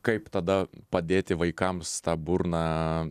kaip tada padėti vaikams tą burną